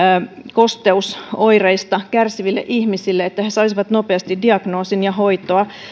kosteusoireista kärsiville ihmisille että he saisivat nopeasti diagnoosin ja hoitoa